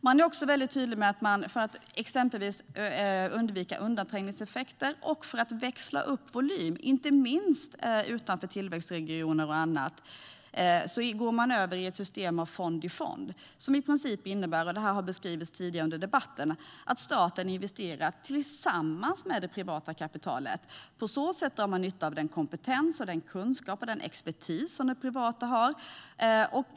Man är också väldigt tydligt med att man, för att undvika undanträngningseffekter och för att växla upp volym, inte minst utanför tillväxtregionerna, går över till ett system med fond-i-fond, vilket har beskrivits tidigare i debatten, men det innebär i princip att staten tillsammans med det privata kapitalet gör investeringar. På så sätt drar man nytta av den kompetens, den kunskap och den expertis som finns hos det privata kapitalet.